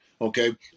okay